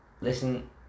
listen